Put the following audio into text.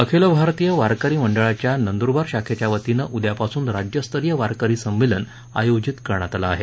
अखिल भारतीय वारकरी मंडळाच्या नंद्रबार शाखेच्यावतीनं उद्यापासून राज्यस्तरीय वारकरी संमेलन आयोजित करण्यात आलं आहे